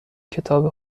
کتاب